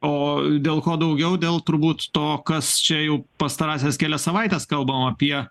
o dėl ko daugiau dėl turbūt to kas čia jau pastarąsias kelias savaites kalbam apie